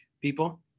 people